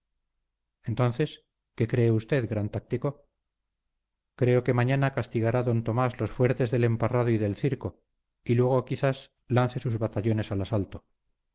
entonces qué cree usted gran táctico creo que mañana castigará d tomás los fuertes del emparrado y del circo y luego quizás lance sus batallones al asalto